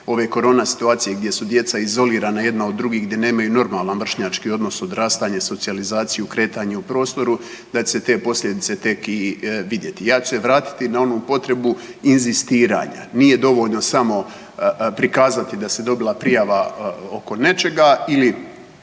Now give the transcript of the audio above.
korona situacije gdje su djeca izolirana jedna od drugih, gdje nemaju normalno vršnjački odnos odrastanja, socijalizaciju, kretanje u prostoru da će se te posljedice tek i vidjeti. Ja ću se vratiti na onu potrebu inzistiranja. Nije dovoljno samo prikazati da se dobila prijava oko nečega ili